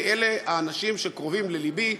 כי אלה האנשים שקרובים ללבי,